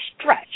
stretch